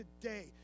Today